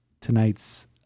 tonight's